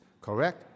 Correct